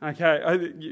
Okay